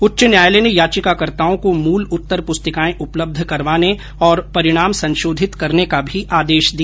उच्च न्यायालय ने याचिकाकर्ताओ को मूल उत्तर पुस्तिकाएं उपलब्ध करवाने और परिणाम संशोधित करने का भी आदेश दिया